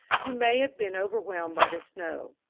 who may have been overwhelmed by the snow.